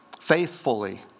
faithfully